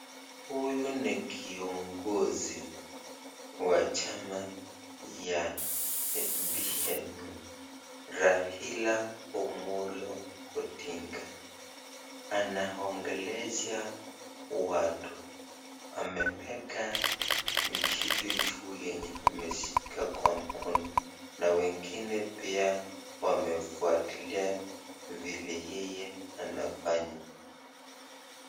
Huyu ni kiongozi wa chama odm Raila Omolo Odinga, anaongelesha watu ameweka kitu juu yenye ameshika kwa mkono na wengine pia wamefuatilia vile yeye anafanya.